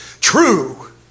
true